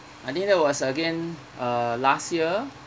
I think that was again uh last year